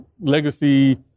legacy